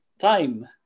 time